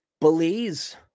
Belize